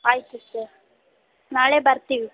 ಆಯಿತು ಸರ್ ನಾಳೆ ಬರುತ್ತೀವಿ